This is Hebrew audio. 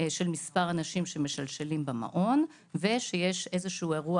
של מספר אנשים שמשלשלים במעון ושיש אירוע